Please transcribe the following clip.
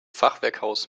fachwerkhaus